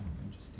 interesting